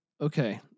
okay